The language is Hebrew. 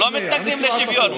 הם לא מתנגדים לשוויון.